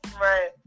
Right